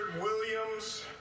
Williams